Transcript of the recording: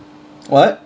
what